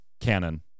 canon